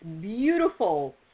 beautiful